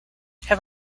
have